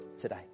today